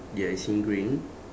ya it's in green